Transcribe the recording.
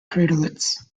craterlets